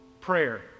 Prayer